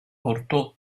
portò